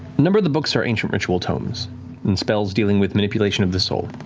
number of the books are ancient ritual tomes and spells dealing with manipulation of the soul.